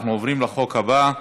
אנחנו עוברים לחוק הבאה: